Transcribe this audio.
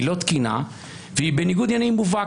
לא תקינה והיא בניגוד עניינים מובהק.